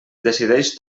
decideix